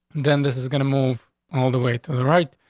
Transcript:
then this is gonna move all the way to the right.